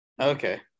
okay